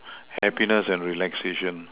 happiness and relaxation